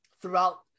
throughout